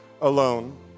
alone